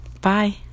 Bye